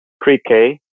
pre-K